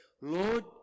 Lord